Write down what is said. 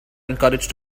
encouraged